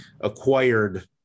Acquired